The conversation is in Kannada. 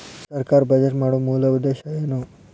ಸರ್ಕಾರ್ ಬಜೆಟ್ ಮಾಡೊ ಮೂಲ ಉದ್ದೇಶ್ ಏನು?